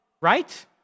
right